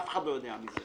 אף אחד לא יודע מזה.